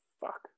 fuck